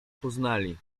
poznali